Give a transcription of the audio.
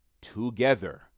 together